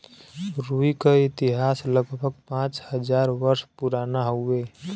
रुई क इतिहास लगभग पाँच हज़ार वर्ष पुराना हउवे